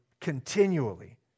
continually